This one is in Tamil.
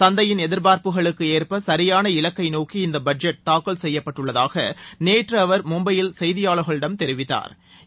சந்தையின் எதிர்பார்ப்புகளுக்கு ஏற்ப சரியான இலக்கை நோக்கி இந்த பட்ஜெட் தாக்கல் செய்யப்பட்டுள்ளதாக நேற்று அவர் மும்பையில் செய்தியாளர்களிடம் தெரிவித்தாா்